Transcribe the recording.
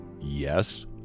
Yes